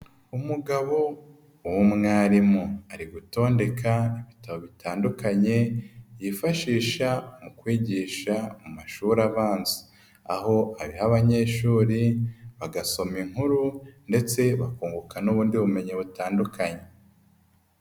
Umugabo w'umwarimu ari gutondeka ibitabo bitandukanye yifashisha mu kwigisha amashuri abanza. Aho abiha abanyeshuri, bagasoma inkuru ndetse bakunguka n'ubundi bumenyi butandukanye.